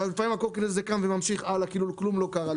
ובינתיים הקורקינט הזה קם וממשיך הלאה כאילו כלום לא קרה,